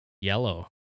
Yellow